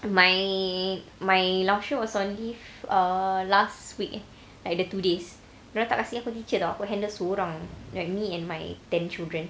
my my 老师 was on leave uh last week like the two days dorang tak kasi aku teacher [tau] like me and my ten children